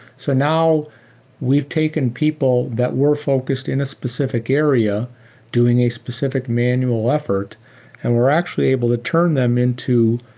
so now we've taken people that were focused in a specific area doing a specific manual effort and we're actually able to turn them into